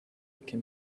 can